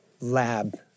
lab